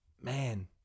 man